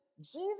jesus